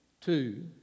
two